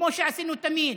כמו שעשינו תמיד.